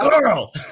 Girl